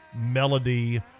melody